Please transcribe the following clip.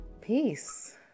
peace